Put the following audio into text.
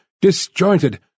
disjointed